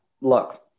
look